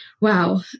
Wow